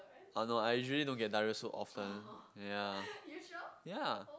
oh no I usually don't get diarrhoea so often ya ya